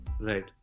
Right